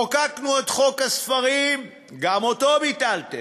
חוקקנו את חוק הספרים, גם אותו ביטלתם.